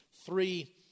Three